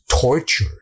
torture